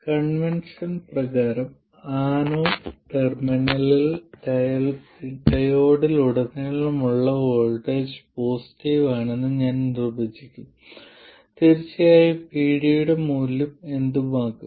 convention പ്രകാരം anode ടെർമിനലിൽ ഡയോഡിലുടനീളമുള്ള വോൾട്ടേജ് പോസിറ്റീവ് ആണെന്ന് ഞാൻ നിർവ്വചിക്കും തീർച്ചയായും VD യുടെ മൂല്യം എന്തും ആകാം